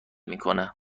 میکنه